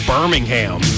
Birmingham